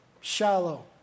shallow